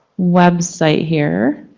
website here.